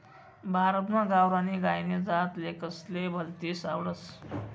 भारतमा गावरानी गायनी जात लोकेसले भलतीस आवडस